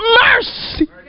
mercy